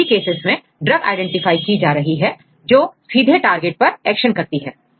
इन सभी केसेस में drug identify की जा रही है जो सीधे टारगेट पर एक्शन करती है